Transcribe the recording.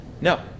No